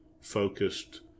focused